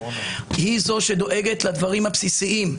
היא זו שדואגת לדברים הבסיסיים,